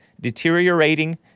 deteriorating